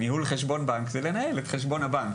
"ניהול חשבון בנק" זה לנהל את חשבון הבנק.